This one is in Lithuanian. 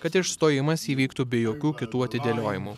kad išstojimas įvyktų be jokių kitų atidėliojimų